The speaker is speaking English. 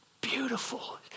beautiful